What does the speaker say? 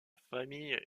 famille